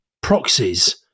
proxies